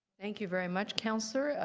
thank you very much, councillor.